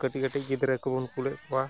ᱠᱟᱹᱴᱤᱡ ᱠᱟᱹᱴᱤᱡ ᱜᱤᱫᱽᱨᱟᱹ ᱠᱚᱵᱚᱱ ᱠᱳᱞᱮᱫ ᱠᱚᱣᱟ